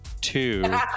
two